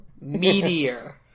meteor